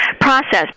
process